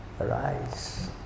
arise